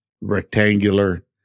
rectangular